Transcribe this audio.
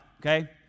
Okay